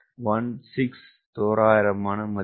16 தோராயமான மதிப்பு